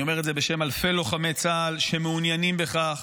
אני אומר את זה בשם אלפי לוחמי צה"ל שמעוניינים בכך,